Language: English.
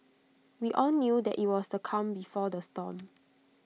we all knew that IT was the calm before the storm